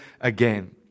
again